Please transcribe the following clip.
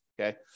okay